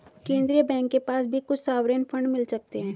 केन्द्रीय बैंक के पास भी कुछ सॉवरेन फंड मिल सकते हैं